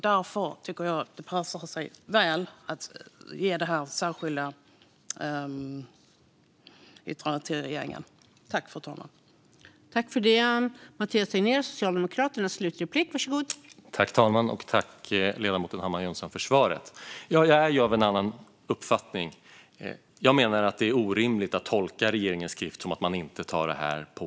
Därför tycker jag att det passar sig väl att göra detta tillkännagivande till regeringen.